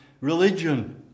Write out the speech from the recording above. Religion